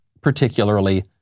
particularly